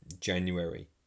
January